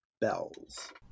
bells